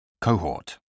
Cohort